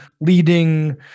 leading